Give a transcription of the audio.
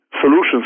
solutions